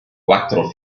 quattro